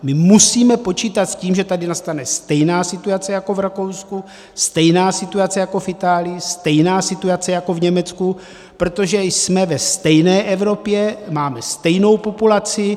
My musíme počítat s tím, že tady nastane stejná situace jako v Rakousku, stejná situace jako v Itálii, stejná situace jako v Německu, protože jsme ve stejné Evropě, máme stejnou populaci.